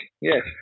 yes